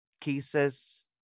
cases